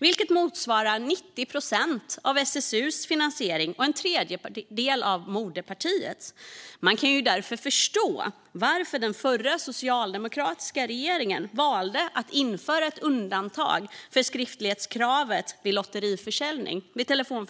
Det motsvarar 90 procent av SSU:s finansiering och en tredjedel av moderpartiets. Man kan därför förstå varför den förra socialdemokratiska regeringen valde att införa ett undantag från skriftlighetskravet när det gäller lottförsäljning via telefon.